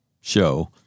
show